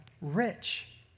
rich